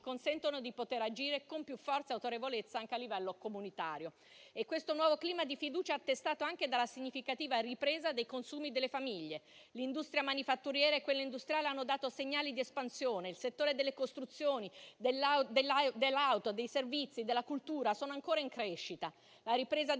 consente di poter agire con più forza e autorevolezza anche a livello comunitario. Questo nuovo clima di fiducia è attestato anche dalla significativa ripresa dei consumi delle famiglie. L'industria manifatturiera e quella industriale hanno dato segnali di espansione, il settore delle costruzioni, dell'auto, dei servizi e della cultura sono ancora in crescita. La ripresa